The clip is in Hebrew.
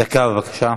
דקה, בבקשה,